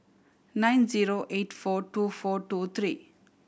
nine zero eight four two four two three